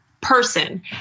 person